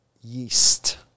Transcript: yeast